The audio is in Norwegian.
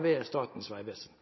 ved Statens vegvesen?